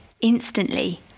instantly